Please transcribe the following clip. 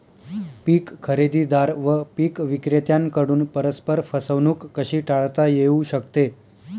पीक खरेदीदार व पीक विक्रेत्यांकडून परस्पर फसवणूक कशी टाळता येऊ शकते?